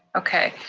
okay,